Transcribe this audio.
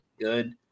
good